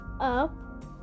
up